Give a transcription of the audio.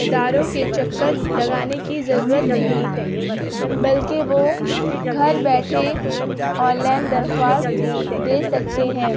اداروں کے چکر لگانے کی ضرورت نہیں بلکہ وہ گھر بیٹھے آن لائن درخواست دے سکتے ہیں